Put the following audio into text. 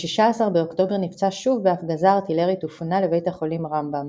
ב-16 באוקטובר נפצע שוב בהפגזה ארטילרית ופונה לבית החולים רמב"ם.